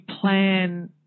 plan